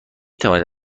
توانید